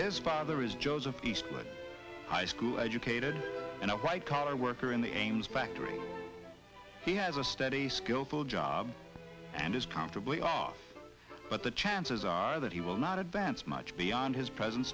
his father is joseph eastwood high school educated and a white collar worker in the ames factory he has a steady skillful job and is comfortably off but the chances are that he will not advance much beyond his present